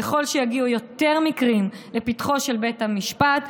ככל שיגיעו יותר מקרים לפתחו של בית המשפט,